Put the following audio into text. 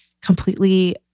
completely